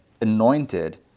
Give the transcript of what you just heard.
anointed